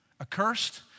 Accursed